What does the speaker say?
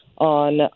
on